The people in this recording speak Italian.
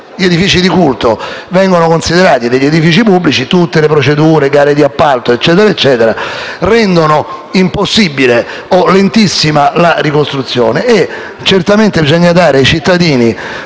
gli edifici di culto vengono considerati edifici pubblici, tutte le procedure e gare di appalto rendono impossibile o lentissima la ricostruzione. Certamente bisogna dare ai cittadini